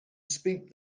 speak